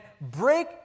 break